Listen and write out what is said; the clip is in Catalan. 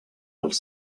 els